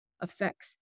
affects